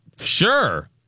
sure